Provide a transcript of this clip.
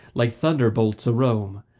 like thunder-bolts a-roam,